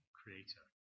creator